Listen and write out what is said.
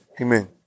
Amen